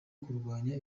kurwanya